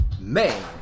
Man